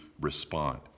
respond